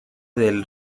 del